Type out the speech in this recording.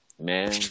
man